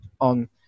on